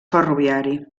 ferroviari